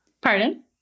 Pardon